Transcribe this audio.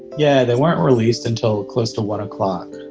yeah. they weren't released until close to one o'clock